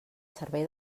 servei